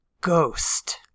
ghost